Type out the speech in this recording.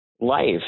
life